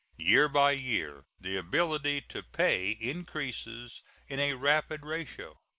year by year the ability to pay increases in a rapid ratio.